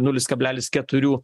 nulis kablelis keturių